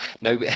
No